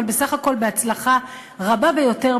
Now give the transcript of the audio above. אבל בסך הכול בהצלחה רבה ביותר,